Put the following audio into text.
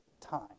time